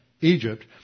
Egypt